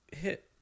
hit